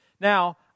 Now